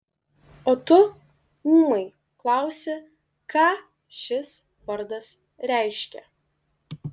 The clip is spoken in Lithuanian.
o tu ūmai klausi ką šis vardas reiškia